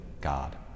God